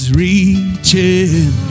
reaching